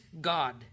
God